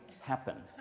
happen